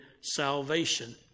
salvation